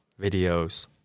videos